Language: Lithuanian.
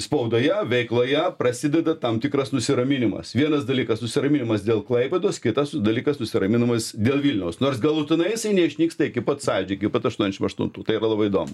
spaudoje veikloje prasideda tam tikras nusiraminimas vienas dalykas nusiraminimas dėl klaipėdos kitas dalykas nusiraminimas dėl vilniaus nors galutinai neišnyksta iki pat sąjūdžio iki pat aštuoniasdešimt aštuntų tai yra labai įdomu